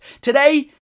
Today